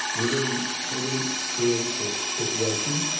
we didn't we didn't create this situation.